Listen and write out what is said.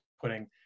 putting